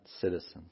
citizens